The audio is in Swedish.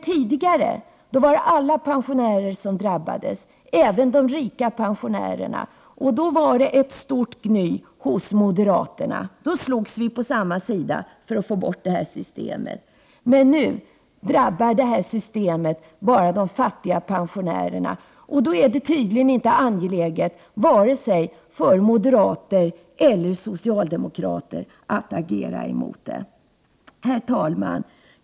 Tidigare drabbades alla pensionärer, även de rika, och då vart det stort gny hos moderaterna. Då slogs vi på samma sida för att få bort systemet. Men nu drabbar systemet bara de fattiga pensionärerna, och då är det tydligen inte angeläget för vare sig moderater eller socialdemokrater att agera emot det. Herr talman!